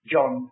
John